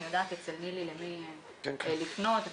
אני יודעת למי לפנות.